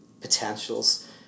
potentials